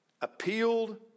appealed